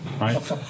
right